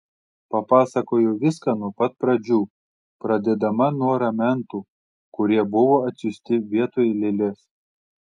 papasakojo viską nuo pat pradžių pradėdama nuo ramentų kurie buvo atsiųsti vietoj lėlės